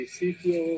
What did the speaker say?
sitio